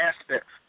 aspects